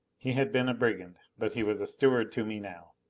he had been a brigand, but he was a steward to me now.